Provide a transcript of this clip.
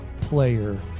player